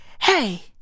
hey